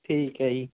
ਠੀਕ ਹੈ ਜੀ